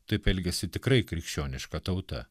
taip elgiasi tikrai krikščioniška tauta